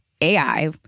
AI